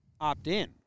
Opt-in